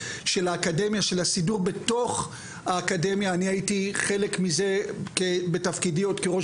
של הסידור בתוך האקדמיה אני הייתי חלק מזה בתפקידי עוד כראש